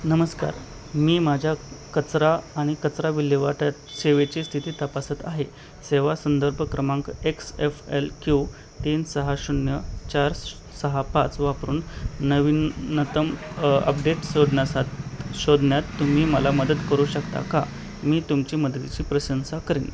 नमस्कार मी माझ्या कचरा आणि कचरा विल्हेवाट या सेवेची स्थिती तपासत आहे सेवा संदर्भ क्रमांक एक्स एफ एल क्यू तीन सहा शून्य चार सहा पाच वापरून नवीनतम अपडेट शोधण्यास शोधण्यात तुम्ही मला मदत करू शकता का मी तुमची मदतीची प्रशंसा करीन